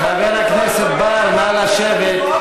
חבר הכנסת בר, נא לשבת.